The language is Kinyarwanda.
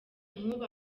nk’ubu